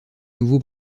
nouveau